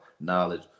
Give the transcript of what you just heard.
knowledge